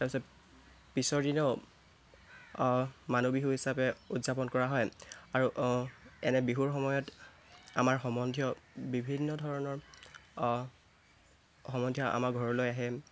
তাৰপিছত পিছৰ দিনো মানুহ বিহু হিচাপে উদযাপন কৰা হয় আৰু এনে বিহুৰ সময়ত আমাৰ সম্বন্ধীয় বিভিন্ন ধৰণৰ সম্বন্ধীয়া আমাৰ ঘৰলৈ আহে